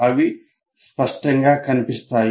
అవి స్పష్టంగా కనిపిస్తాయి